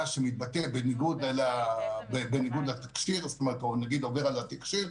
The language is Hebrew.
שמתבטא בניגוד לתקשי"ר או נגיד עובר על התקשי"ר,